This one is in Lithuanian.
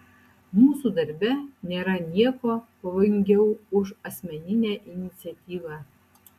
mūsų darbe nėra nieko pavojingiau už asmeninę iniciatyvą